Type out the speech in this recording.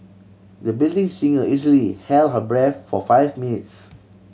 the building singer easily held her breath for five minutes